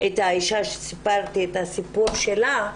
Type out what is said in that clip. את האישה שסיפרתי את הסיפור שלה,